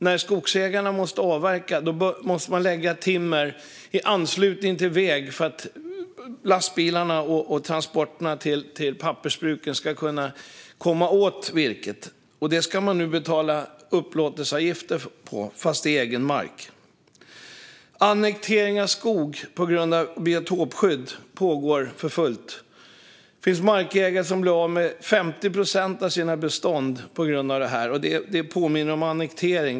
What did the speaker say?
När skogsägare ska avverka måste de lägga sitt timmer i anslutning till väg för att lastbilarna och transporterna till pappersbruken ska komma åt virket. Detta ska skogsägarna nu betala upplåtelseavgift för, fast det är egen mark. Annekteringen av skog på grund av biotopskydd pågår för fullt. Det finns markägare som blir av med 50 procent av sina bestånd på grund av detta, och jag vill hävda att det påminner om annektering.